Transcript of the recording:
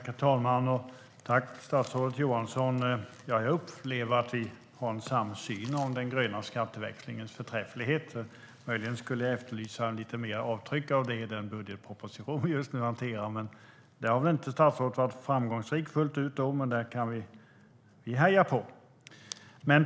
Herr talman! Tack, statsrådet Johansson! Jag upplever att vi har en samsyn om den gröna skatteväxlingens förträfflighet. Möjligen efterlyser jag lite mer avtryck av detta i den budgetproposition som vi just nu hanterar. Men statsrådet har väl inte varit framgångsrik fullt ut, men jag hejar på.